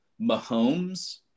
Mahomes